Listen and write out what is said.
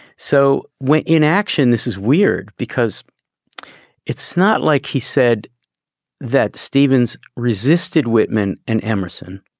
so when inaction this is weird because it's not like he said that stevens resisted whitman and emerson.